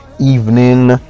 evening